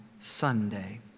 Sunday